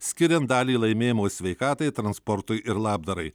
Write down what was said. skiriant dalį laimėjimo sveikatai transportui ir labdarai